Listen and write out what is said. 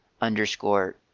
underscore